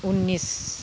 उन्निस